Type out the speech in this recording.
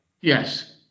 Yes